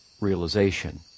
realization